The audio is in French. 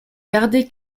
gardé